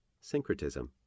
syncretism